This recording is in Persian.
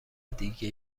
دیگه